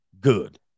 good